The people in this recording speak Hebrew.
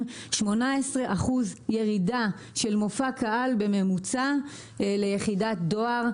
בממוצע 18 אחוזים ירידה של מופע קהל ליחידת דואר.